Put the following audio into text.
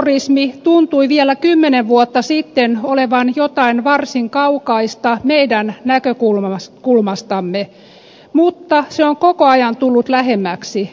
terrorismi tuntui vielä kymmenen vuotta sitten olevan jotain varsin kaukaista meidän näkökulmastamme mutta se on koko ajan tullut lähemmäksi maatamme